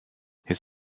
his